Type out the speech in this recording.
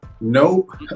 Nope